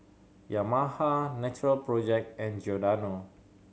Yamaha Natural Project and Giordano